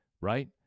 right